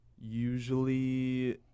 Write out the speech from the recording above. Usually